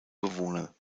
bewohner